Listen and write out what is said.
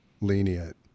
lenient